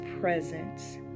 presence